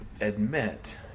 admit